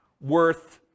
worth